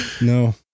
No